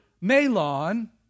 Malon